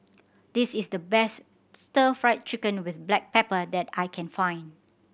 this is the best Stir Fry Chicken with black pepper that I can find